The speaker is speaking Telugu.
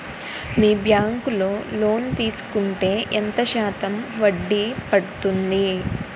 మీ బ్యాంక్ లో లోన్ తీసుకుంటే ఎంత శాతం వడ్డీ పడ్తుంది?